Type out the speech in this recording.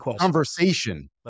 conversation